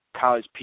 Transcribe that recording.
college